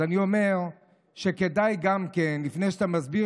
אז אני אומר שגם כדאי לפני שאתה מסביר